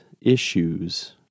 issues